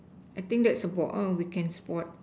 I think that's about all we can spot